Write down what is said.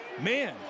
man